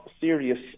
serious